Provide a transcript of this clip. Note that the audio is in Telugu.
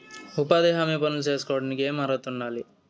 ఉపాధి హామీ పనులు సేసుకోవడానికి ఏమి అర్హత ఉండాలి?